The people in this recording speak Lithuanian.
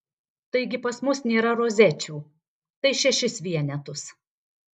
taigi pas mus nėra rozečių tai šešis vienetus